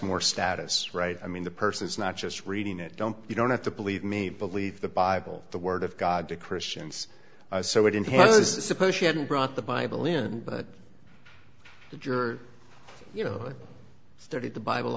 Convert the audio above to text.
more status right i mean the person is not just reading it don't you don't have to believe me believe the bible the word of god to christians so why didn't he just suppose she hadn't brought the bible in but if you're you know studied the bible